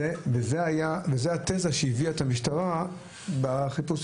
זו התזה שהביאה את המשטרה בחיפושים,